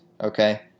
okay